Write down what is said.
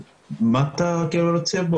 מה אתה רוצה,